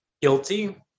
Guilty